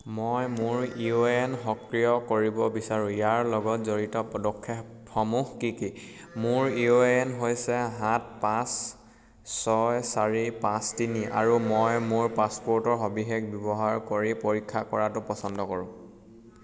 মই মোৰ U A N সক্ৰিয় কৰিব বিচাৰোঁ ইয়াৰ লগত জড়িত পদক্ষেপসমূহ কি কি মোৰ ইউ এ এন হৈছে সাত পাঁচ ছয় চাৰি পাঁচ তিনি আৰু মই মোৰ পাছপোৰ্টৰ সবিশেষ ব্যৱহাৰ কৰি পৰীক্ষা কৰাটো পচন্দ কৰোঁ